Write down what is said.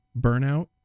burnout